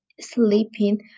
sleeping